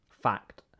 fact